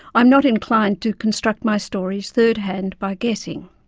i'm not inclined to construct my stories third hand by guessing.